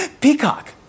Peacock